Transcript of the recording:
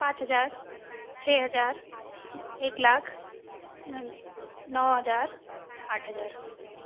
पाँच हज़ार छह हज़ार एक लाख न नौ हज़ार आठ हज़ार